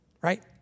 right